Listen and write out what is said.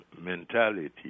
mentality